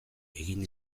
egin